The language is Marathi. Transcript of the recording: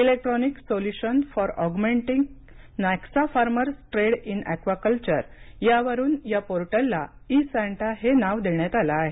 electronic solution for augmenting NaCSA farmers trade in aquaculture यावरुन या पोर्टलला इ सॅन्टा हे नाव देण्यात आलं आहे